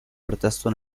pretesto